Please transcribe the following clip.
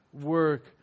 work